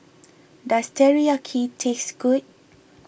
does Teriyaki taste good